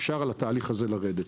אפשר לתעריף הזה לרדת.